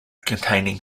containing